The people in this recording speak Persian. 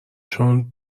چون